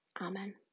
Amen